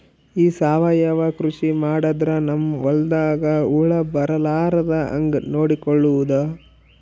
ಈ ಸಾವಯವ ಕೃಷಿ ಮಾಡದ್ರ ನಮ್ ಹೊಲ್ದಾಗ ಹುಳ ಬರಲಾರದ ಹಂಗ್ ನೋಡಿಕೊಳ್ಳುವುದ?